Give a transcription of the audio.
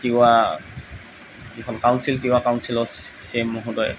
তিৱা যিখন কাউঞ্চিল তিৱা কাউঞ্চিলৰ C M মহোদয়